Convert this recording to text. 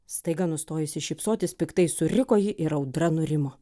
staiga nustojusi šypsotis piktai suriko ji ir audra nurimo